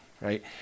right